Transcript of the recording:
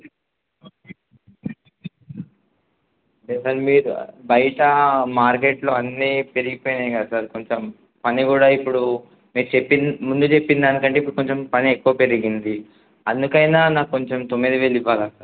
అంటే సార్ మీరు బయట మార్కెట్లో అన్నీ పెరిగిపోయినాయి కదా సార్ కొంచెం పని కూడా ఇప్పుడు మీరు చెప్పి ముందు చెప్పిన దానికంటే ఇప్పుడు కొంచెం పని ఎక్కువ పెరిగింది అందుకైనా నాకు కొంచెం తొమ్మిది వేలు ఇవ్వాలి సార్